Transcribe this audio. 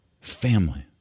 family